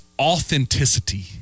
Authenticity